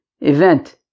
event